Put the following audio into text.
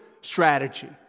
strategy